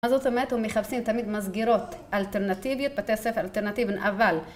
מה זאת אומרת, הוא מחפשים תמיד מסגרות אלטרנטיביות, בתי ספר אלטרנטיבים, אבל